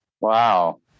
wow